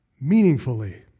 meaningfully